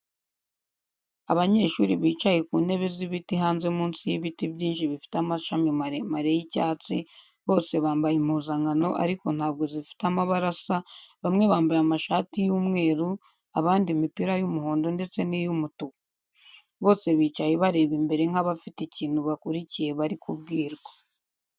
Abanyeshuri bicaye ku ntebe z'ibiti, hanze munsi y'ibiti byinshi bifite amashami maremare y'icyatsi, bose bambaye impuzankano ariko ntabwo zifite amabara asa, bamwe bambaye amashati y'umweru, abandi imipira y'umuhondo ndetse n'iy'umutuku. Bose bicaye bareba imbere nk'abafite ikintu bakurikiye bari kubwirwa.